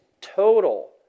total